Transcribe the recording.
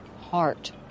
heart